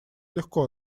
легко